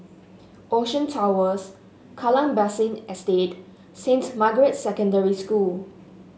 Ocean Towers Kallang Basin Estate Saint Margaret Secondary School